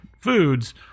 foods